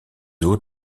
eaux